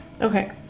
Okay